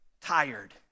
tired